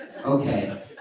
Okay